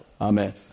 Amen